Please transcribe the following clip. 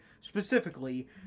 specifically